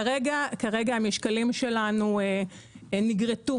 כרגע המשקלים שלנו נגרטו